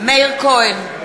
מאיר כהן,